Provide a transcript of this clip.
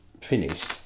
finished